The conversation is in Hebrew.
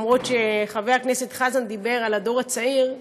למרות מה שחבר הכנסת חזן אמר על הדור הצעיר,